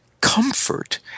comfort